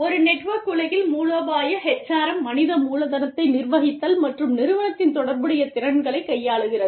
ஒரு நெட்வொர்க் உலகில் மூலோபாய HRM மனித மூலதனத்தை நிர்வகித்தல் மற்றும் நிறுவனத்தின் தொடர்புடைய திறன்களைக் கையாள்கிறது